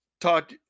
talk